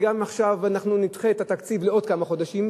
גם אם עכשיו אנחנו נדחה את התקציב לעוד כמה חודשים,